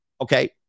Okay